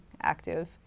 active